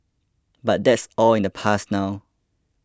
but that's all in the past now